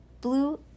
Blue